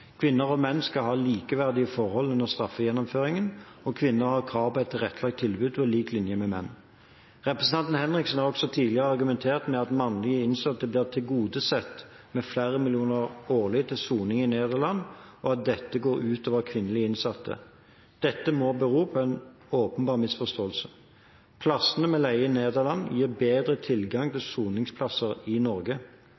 Kvinner og menn skal ha likeverdige forhold under straffegjennomføringen, og kvinner har krav på et tilrettelagt tilbud på lik linje med menn. Representanten Henriksen har også tidligere argumentert med at mannlige innsatte blir tilgodesett med flere millioner årlig til soning i Nederland, og at dette går ut over kvinnelige innsatte. Dette må bero på en åpenbar misforståelse. Plassene vi leier i Nederland, gir bedre tilgang til